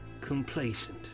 complacent